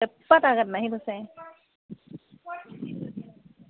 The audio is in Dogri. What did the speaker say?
हां ते पता करना ही तुसें